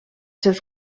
seus